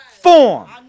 form